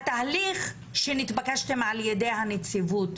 התהליך שנתבקשתם ע"י הנציבות,